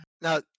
Now